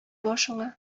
башыңа